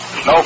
No